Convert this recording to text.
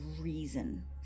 reason